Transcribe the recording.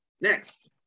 Next